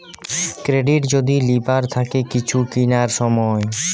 credit যদি লিবার থাকে কিছু কিনার সময়